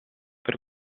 per